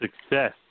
success